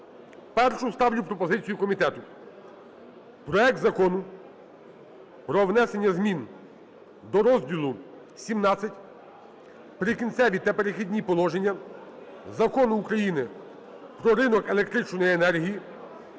першу ставлю пропозицію комітету: проект Закону про внесення змін до розділу XVII "Прикінцеві та перехідні положення" Закону України "Про ринок електричної енергії"